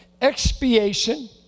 Expiation